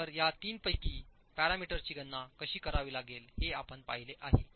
तर यापैकी तीन पॅरामीटर्सची गणना कशी करावी लागेल हे आपण पाहिले आहे